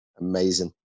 amazing